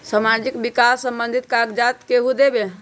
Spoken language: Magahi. समाजीक विकास संबंधित कागज़ात केहु देबे?